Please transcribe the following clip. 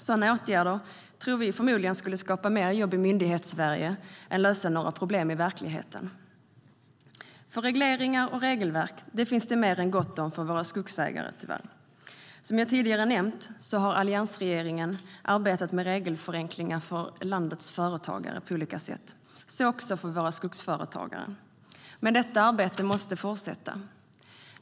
Sådana åtgärder tror vi snarare skulle skapa mer jobb i Myndighetssverige än lösa några problem i verkligheten. Regleringar och regelverk finns det tyvärr redan mer än gott om för våra skogsägare. Som jag nämnde tidigare arbetade alliansregeringen med regelförenklingar för landets företagare på olika sätt, så också för våra skogsföretagare. Men detta arbete måste fortsätta.